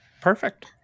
Perfect